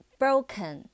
broken